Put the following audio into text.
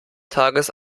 tages